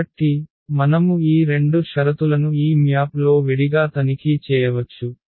కాబట్టి మనము ఈ 2 షరతులను ఈ మ్యాప్ లో విడిగా తనిఖీ చేయవచ్చు